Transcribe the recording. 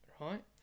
right